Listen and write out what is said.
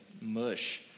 mush